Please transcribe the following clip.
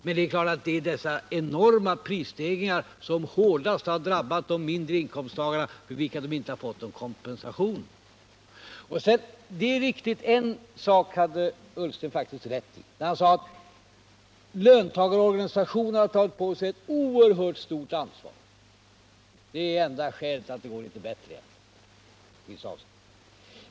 Men det är klart att dessa enorma prisstegringar hårdast har drabbat de mindre inkomsttagarna, och de har inte fått någon kompensation för dem. En sak hade Ola Ullsten faktiskt rätt i, nämligen att löntagarorganisationerna har tagit på sig ett oerhört stort ansvar. Det är det enda skälet till att det går litet bättre i vissa avseenden.